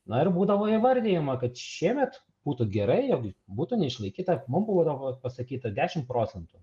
na ir būdavo įvardijama kad šiemet būtų gerai jog būtų neišlaikyta būdavo pasakyta dešim procentų